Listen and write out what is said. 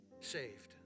saved